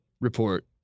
report